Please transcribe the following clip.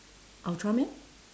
ultraman